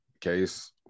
case